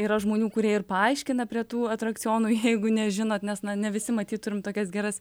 yra žmonių kurie ir paaiškina prie tų atrakcionų jeigu nežinot nes na ne visi matyt turim tokias geras